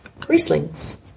Rieslings